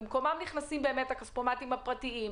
ובמקומם נכנסים הכספומטים הפרטיים,